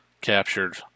captured